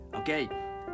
Okay